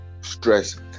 stress